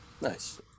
nice